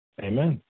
Amen